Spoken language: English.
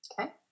Okay